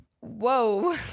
whoa